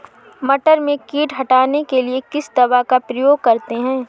मटर में कीट हटाने के लिए किस दवा का प्रयोग करते हैं?